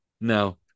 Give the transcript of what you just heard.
No